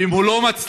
ואם הוא לא מצליח